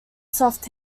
soft